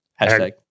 hashtag